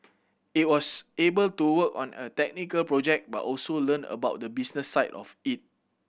it was able to work on a technical project but also learn about the business side of it